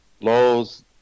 laws